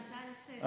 על ההצעה לסדר-הים.